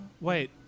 wait